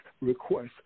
request